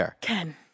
Ken